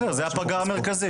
בסדר, זו הפגרה המרכזית.